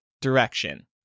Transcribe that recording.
direction